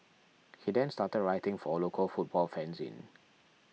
he then started writing for a local football fanzine